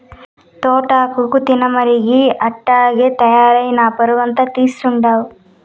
తోటాకు తినమరిగి అట్టాగే తయారై నా పరువంతా తీస్తండావు